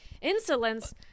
Insolence